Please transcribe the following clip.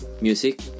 Music